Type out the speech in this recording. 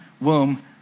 womb